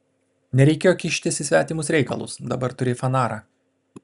nereikėjo kištis į svetimus reikalus dabar turi fanarą